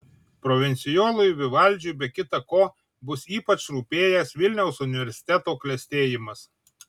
provincijolui vivaldžiui be kita ko bus ypač rūpėjęs vilniaus universiteto klestėjimas